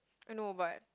I know but